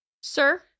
Sir